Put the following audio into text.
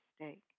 mistake